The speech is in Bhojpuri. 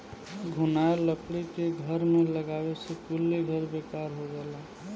घुनाएल लकड़ी के घर में लगावे से कुली घर बेकार हो जाला